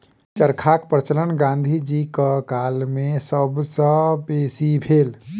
चरखाक प्रचलन गाँधी जीक काल मे सब सॅ बेसी भेल